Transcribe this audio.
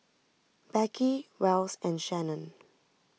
Beckie Wells and Shannen